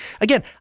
Again